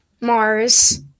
Mars